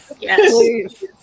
Yes